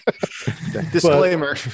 Disclaimer